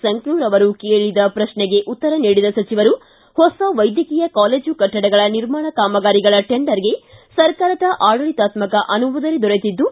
ಸಂಕನೂರು ಅವರ ಪ್ರಶ್ನೆಗೆ ಉತ್ತರ ನೀಡಿದ ಸಚಿವರು ಹೊಸ ವೈದ್ಯಕೀಯ ಕಾಲೇಜು ಕಟ್ಟಡಗಳ ನಿರ್ಮಾಣ ಕಾಮಗಾರಿಗಳ ಚೆಂಡರ್ಗೆ ಸರ್ಕಾರದ ಆಡಳಿತಾತ್ತಕ ಅನುಮೋದನೆ ದೊರೆತಿದ್ದು